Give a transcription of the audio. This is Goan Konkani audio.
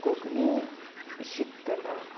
कोंकणी शिकतना